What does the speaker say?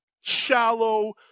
shallow